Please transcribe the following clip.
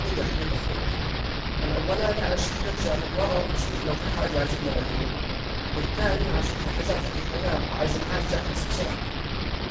اتنين يا حبيب اخوك، الاولاني عشان نرجعوا للوره ونشوف لو في حاجة عايزين نغيروها، والتاني عشان في حاجات في الحياة ومعايزنهاشي تخلص بسرعة